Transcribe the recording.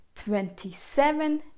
Twenty-seven